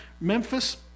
memphis